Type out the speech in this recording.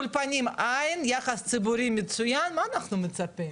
לאולפנים אין יחסי ציבור, מצוין, למה אנחנו מצפים?